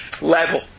Level